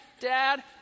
Dad